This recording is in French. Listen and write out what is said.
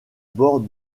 bord